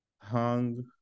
Hung